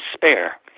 despair